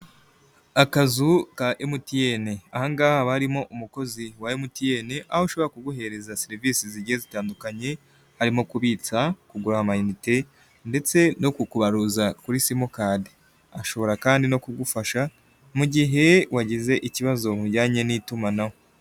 Akazu ka MTN aha ngaha haba harimo umukozi wa MTN aho ashobora kuguhereza serivisi zigiye zitandukanye harimo kubitsa, kugura amayinite ndetse no kubaruza kuri simukadi, ashobora kandi no kugufasha mu gihe wagize ikibazo mu bijyanye n'itumanaho.